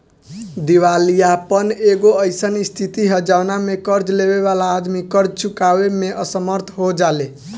दिवालियापन एगो अईसन स्थिति ह जवना में कर्ज लेबे वाला आदमी कर्ज चुकावे में असमर्थ हो जाले